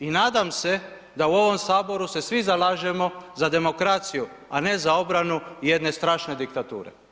I nadam se da u ovom HS se svi zalažemo za demokraciju, a ne za obranu jedne strašne diktature.